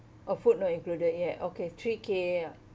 oh food not included yet okay three K ah